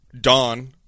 dawn